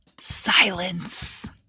Silence